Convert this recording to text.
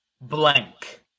blank